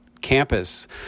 campus